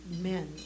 men